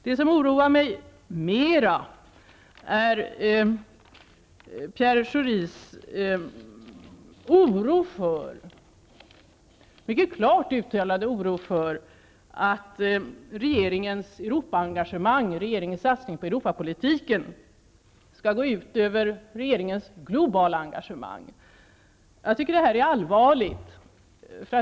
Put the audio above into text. Det som bekymrar mig mera är Pierre Schoris mycket klart uttalade oro för att regeringens Europapolitiken, skall gå ut över regeringens globala engagemang. Jag tycker att det är allvarligt.